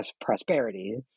prosperity